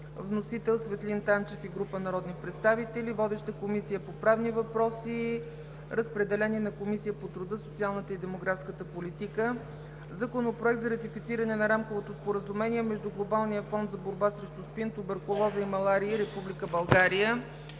Вносител – Светлин Танчев и група народни представители. Водеща е Комисията по правни въпроси. Разпределен е и на Комисията по труда, социалната и демографската политика. Законопроект за ратифициране на Рамковото споразумение между Глобалния фонд за борба срещу СПИН, туберкулоза и малария и Република